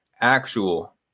actual